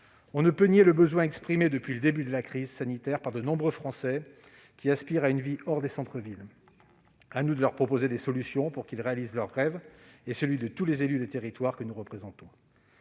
On ne peut nier le besoin exprimé depuis le début de la crise sanitaire par de nombreux Français, qui aspirent à une vie hors des centres-villes. À nous de leur proposer des solutions pour qu'ils réalisent leur rêve et celui de tous les élus des territoires que nous représentons.